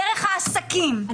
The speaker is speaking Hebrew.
דרך העסקים,